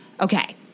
Okay